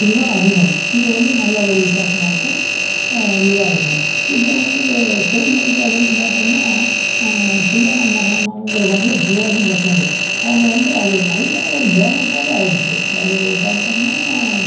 இது தான் அதிகம் இது வந்து நல்ல ஒரு விசேஷமாக இருக்கும் இதான் இருக்கும் இப்போ வந்து திரைப்படத்தை வந்து பார்த்தோம்னா தில்லானா மோகனாம்பாலுங்கிற படத்தில் ஜிவாஜி பத்மினி அவங்க வந்து அது நல்ல ஒரு பேமஸாகவே ஆயிடுச்சு அது பார்த்தோம்னா